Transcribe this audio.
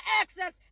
access